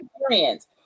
experience